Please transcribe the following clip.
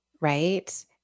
right